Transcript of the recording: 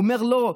הוא אומר: לא.